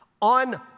on